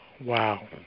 Wow